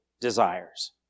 desires